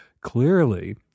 clearly